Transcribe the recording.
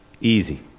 easy